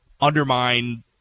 undermine